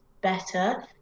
better